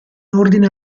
ordine